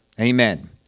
Amen